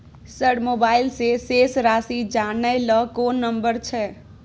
Sir mobile से शेस राशि जानय ल कोन नंबर छै?